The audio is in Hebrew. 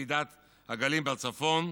בוועידת הגליל בצפון,